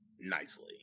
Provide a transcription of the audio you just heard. nicely